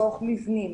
בתוך מבנים,